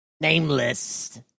Nameless